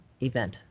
event